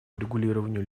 урегулированию